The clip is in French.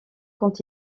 quand